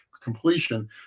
completion